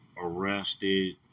arrested